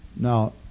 Now